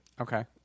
Okay